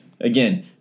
again